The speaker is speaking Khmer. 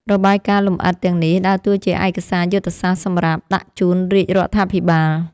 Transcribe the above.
របាយការណ៍លម្អិតទាំងនេះដើរតួជាឯកសារយុទ្ធសាស្ត្រសម្រាប់ដាក់ជូនរាជរដ្ឋាភិបាល។